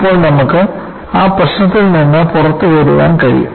ഇപ്പോൾ നമുക്ക് ആ പ്രശ്നത്തിൽ നിന്ന് പുറത്തുവരാൻ കഴിയും